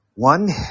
One